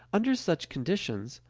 under such conditions,